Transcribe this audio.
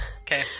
Okay